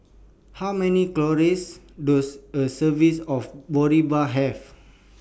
How Many Calories Does A Service of Boribap Have